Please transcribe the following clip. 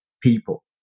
people